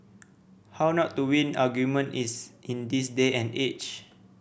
how not to win argument is in this day and age